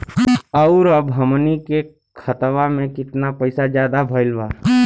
और अब हमनी के खतावा में कितना पैसा ज्यादा भईल बा?